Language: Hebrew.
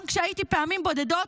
גם כשהייתי פעמים בודדות,